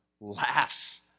laughs